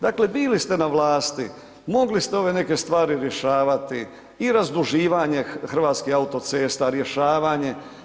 Dakle bili ste na vlasti, mogli ste ove neke stvari rješavati i razduživanje Hrvatskih autocesta, rješavanje.